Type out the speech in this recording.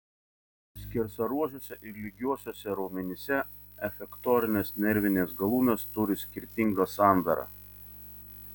skersaruožiuose ir lygiuosiuose raumenyse efektorinės nervinės galūnės turi skirtingą sandarą